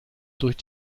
durch